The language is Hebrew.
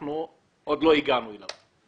שאנחנו עוד לא הגענו אליו.